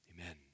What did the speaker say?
amen